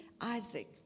Isaac